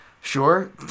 sure